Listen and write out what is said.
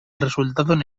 resultaron